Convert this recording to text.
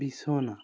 বিছনা